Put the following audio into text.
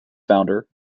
founder